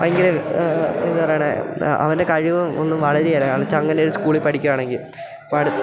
ഭയങ്കര എന്നു പറയണ അവൻ്റെ കഴിവ് ഒന്നും വളരില്ല കാരണം എന്നു വെച്ചാൽ അങ്ങനൊരു സ്കൂളിൽ പഠിക്കുകയാണെങ്കിൽ